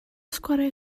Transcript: sgwariau